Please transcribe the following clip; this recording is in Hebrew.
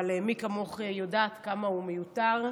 אבל מי כמוך יודעת כמה הוא מיותר,